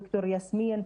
ד"ר יסמין.